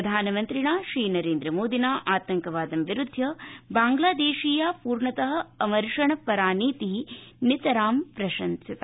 प्रधानमन्त्रिणा श्रीनरेन्द्र मोदिना आतंकवादं विरुध्य बांग्लादेशीया पूर्णतः अमर्षण परा नीतिः नितरां प्रशंसिता